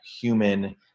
human